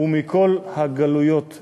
ומכל הגלויות.